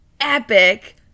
epic